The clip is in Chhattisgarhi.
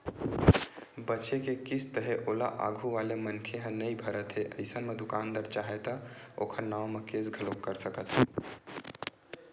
बचें के किस्त हे ओला आघू वाले मनखे ह नइ भरत हे अइसन म दुकानदार चाहय त ओखर नांव म केस घलोक कर सकत हे